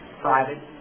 private